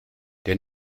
der